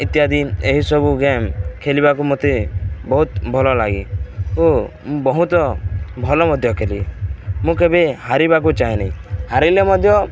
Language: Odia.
ଇତ୍ୟାଦି ଏହିସବୁ ଗେମ୍ ଖେଲିବାକୁ ମୋତେ ବହୁତ ଭଲ ଲାଗେ ଓ ମୁଁ ବହୁତ ଭଲ ମଧ୍ୟ ଖେଳେ ମୁଁ କେବେ ହାରିବାକୁ ଚାହେଁନି ହାରିଲେ ମଧ୍ୟ